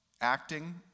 acting